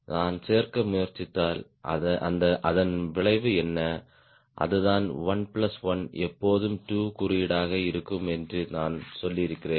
நான் சேர்க்க முயற்சித்தால் அதன் விளைவு என்ன அதுதான் 1 பிளஸ் 1 எப்போதும் 2 குறியீடாக இருக்கும் என்று நான் சொல்லியிருக்கிறேன்